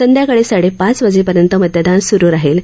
संध्याकाळी साडेपाच वाजेपर्यंत मतदान स्रु राहील